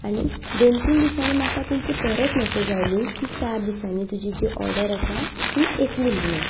आनी दोन तीन दिसांनी म्हाका तांची परत मेसेज आयली की चार दिसांनी तुजी जी ऑर्डर आसा ती येतली म्हणून